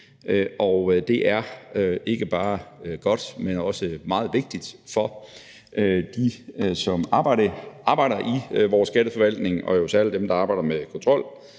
og det er ikke bare godt, men også meget vigtigt for dem, som arbejder i vores Skatteforvaltning, og jo særlig dem, der arbejder med kontrol,